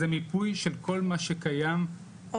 זה מיפוי של כל מה שקיים במדינה.